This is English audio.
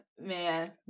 man